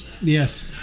Yes